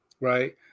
right